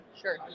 Sure